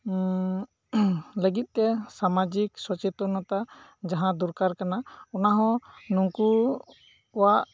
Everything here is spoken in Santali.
ᱞᱟᱹᱜᱤᱫ ᱛᱮ ᱥᱟᱢᱟᱡᱤᱠ ᱥᱚᱪᱮᱛᱚᱱᱚᱛᱟ ᱡᱟᱦᱟᱸ ᱫᱚᱨᱠᱟᱨ ᱠᱟᱱᱟ ᱚᱱᱟ ᱦᱚᱸ ᱱᱩᱠᱩ ᱠᱚᱣᱟᱜ